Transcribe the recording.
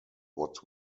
what